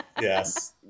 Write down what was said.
Yes